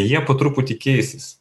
jie po truputį keisis